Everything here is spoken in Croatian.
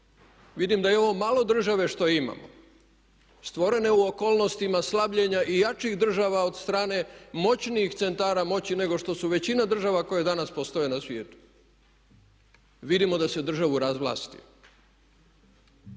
Vidim da i ovo malo države što imamo stvorene u okolnostima slabljenja i jačih država od strane moćnijih centara moći nego što su većina država koje danas postoje na svijetu. Vidimo da se državi razvlasti.